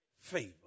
favor